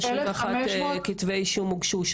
רק 31 כתבי אישום הוגשו,